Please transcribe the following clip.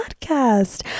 podcast